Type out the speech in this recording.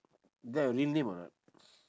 is that a real name or not